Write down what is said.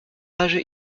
âge